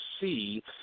see